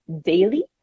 daily